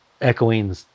echoing